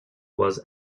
was